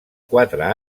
quatre